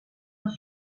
als